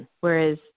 whereas